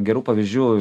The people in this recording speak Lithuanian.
gerų pavyzdžių